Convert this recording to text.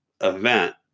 event